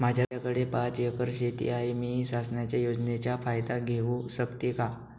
माझ्याकडे पाच एकर शेती आहे, मी शासनाच्या योजनेचा फायदा घेऊ शकते का?